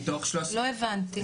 לא הבנתי.